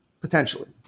potentially